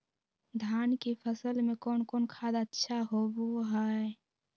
धान की फ़सल में कौन कौन खाद अच्छा होबो हाय?